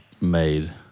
made